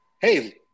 Hey